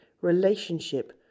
relationship